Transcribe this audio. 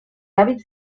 hàbits